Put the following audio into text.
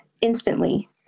instantly